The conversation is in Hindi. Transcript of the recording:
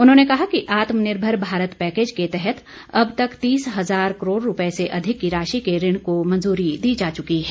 उन्होंने कहा कि आत्मनिर्भर भारत पैकेज के तहत अब तक तीस हजार करोड़ रुपये से अधिक की राशि के ऋण को मंजूरी दी जा चुकी है